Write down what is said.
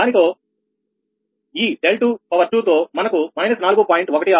దీనితో ఈ 22తో మనకు −4